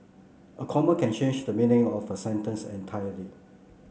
a comma can change the meaning of a sentence entirely